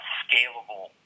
scalable